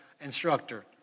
instructor